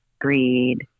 greed